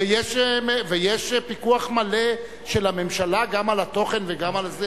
ויש פיקוח מלא של הממשלה גם על התוכן וגם על זה